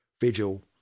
Vigil